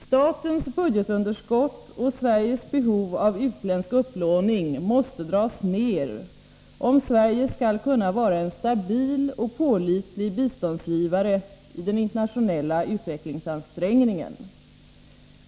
Statens budgetunderskott och Sveriges behov av utländsk upplåning måste dras ner, om Sverige skall kunna vara en stabil och pålitlig biståndsgivare i den internationella utvecklingsansträngningen.